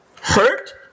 hurt